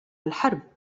الحرب